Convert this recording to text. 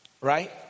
right